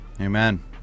Amen